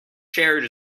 shared